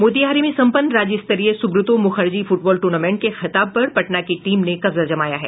मोतिहारी में संपन्न राज्य स्तरीय सुब्रतों मुखर्जी फुटबॉल टूर्नामेंट के खिताब पर पटना के टीम ने कब्जा जमाया है